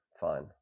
Fine